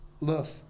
love